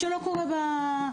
מה שלא קורה בזום.